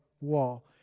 wall